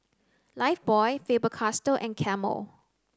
Lifebuoy Faber Castell and Camel